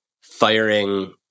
firing